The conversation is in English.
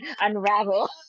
Unravel